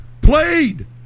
played